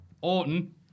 Orton